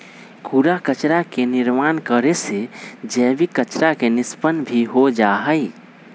कूड़ा कचरा के निर्माण करे से जैविक कचरा के निष्पन्न भी हो जाहई